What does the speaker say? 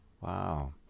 Wow